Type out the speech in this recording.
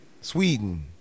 Sweden